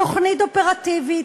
תוכנית אופרטיבית,